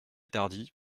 tardy